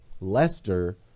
lester